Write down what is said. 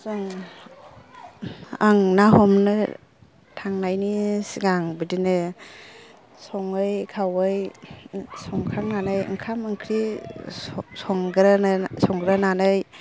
जाय आं ना हमनो थांनायनि सिगां बिदिनो सङै खावै संखांनानै ओंखाम ओंख्रि संग्रोनो संग्रोनानै